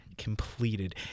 Completed